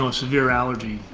um severe allergy,